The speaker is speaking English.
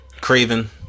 Craven